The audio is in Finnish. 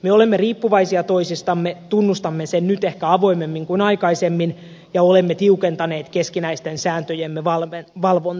me olemme riippuvaisia toisistamme tunnustamme sen nyt ehkä avoimemmin kuin aikaisemmin ja olemme tiukentaneet keskinäisten sääntöjemme valvontaa